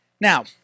Now